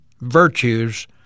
virtues